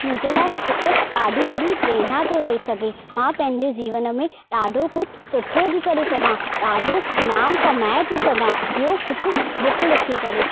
मुंहिंजे लाइ हिक ॾाढी वॾी प्रेरणा थो ठही सघे मां पंहिंजे जीवन में ॾाढो कुझु सुठो थी करे सघां ॾाढो नाम कमाए थी सघां इहो हिकु बुक लिखी करे